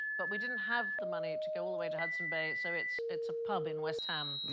but we didn't have the money to go all the way to hudson bay so it's it's a pub in west ham. yeah